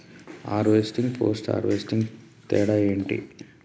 Harvesting, post harvesting తేడా ఏంటి?